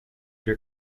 her